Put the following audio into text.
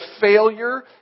failure